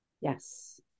Yes